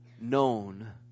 known